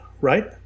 right